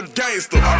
gangster